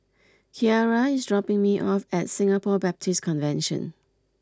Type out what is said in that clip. Kyara is dropping me off at Singapore Baptist Convention